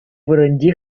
вырӑнти